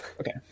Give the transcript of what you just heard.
Okay